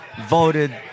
voted